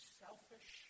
selfish